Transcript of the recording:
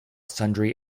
sundry